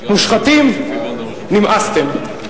מושחתים, נמאסתם.